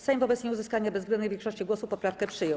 Sejm wobec nieuzyskania bezwzględnej większości głosów poprawkę przyjął.